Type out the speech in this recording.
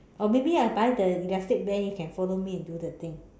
or maybe I buy the elastic band you can follow me and do the thing